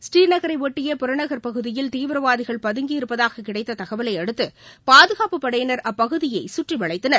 ஸ்ரீநகரையொட்டிய புறநகர் பகுதியில் தீவிரவாதிகள் பதங்கியிருப்பதாக கிடைத்த தகவலையடுத்து பாதுகாப்புப்படையினர் அப்பகுதியை சுற்றிவளைத்தனர்